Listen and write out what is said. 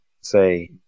say